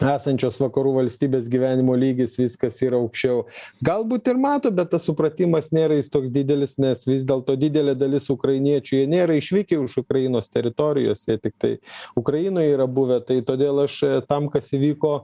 esančios vakarų valstybės gyvenimo lygis viskas yra aukščiau galbūt ir mato bet tas supratimas nėra jis toks didelis nes vis dėlto didelė dalis ukrainiečių jie nėra išvykę už ukrainos teritorijos jie tiktai ukrainoj yra buvę tai todėl aš tam kas įvyko